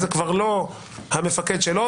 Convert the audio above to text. זה כבר לא המפקד שלו,